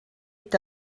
est